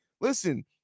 listen